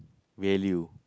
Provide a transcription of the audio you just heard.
value